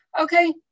Okay